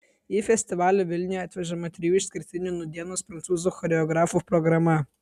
į festivalį vilniuje atvežama trijų išskirtinių nūdienos prancūzų choreografų programa